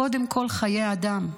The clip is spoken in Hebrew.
קודם כול חיי אדם,